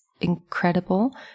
incredible